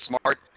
smart